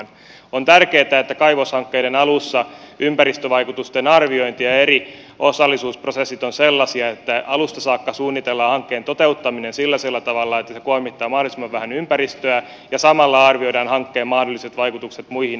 on tärkeätä että kaivoshankkeiden alussa ympäristövaikutusten arviointi ja eri osallisuusprosessit ovat sellaisia että alusta saakka suunnitellaan hankkeen toteuttaminen sellaisella tavalla että se kuormittaa mahdollisimman vähän ympäristöä ja samalla arvioidaan hankkeen mahdolliset vaikutukset muihin elinkeinoihin